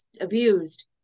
abused